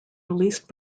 released